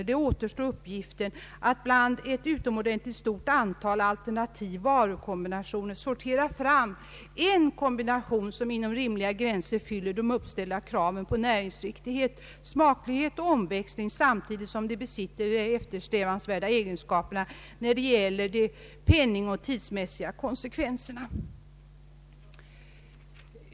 Enligt utredningen ”återstår uppgiften att bland ett utomordentligt stort antal alternativa varukombinationer sortera fram en kombination som inom rimliga gränser fyller de uppställda kraven på näringsriktighet, smaklighet och omväxling samtidigt som den besitter de eftersträvansvärda egenskaperna när det gäller de penningoch tidsmässiga konsekvenserna”.